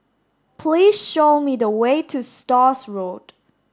please show me the way to Stores Road